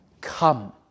come